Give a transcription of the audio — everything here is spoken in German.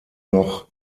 noch